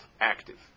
active